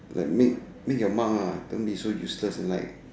like make make your mark lah don't be so useless like